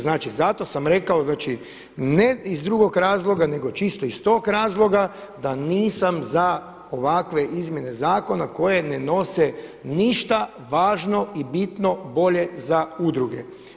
Znači zato sam rekao, znači ne iz drugog razloga nego čisto iz tog razloga da nisam za ovakve izmjene zakona koje ne nose ništa važno i bitno bolje za udruge.